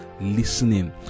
listening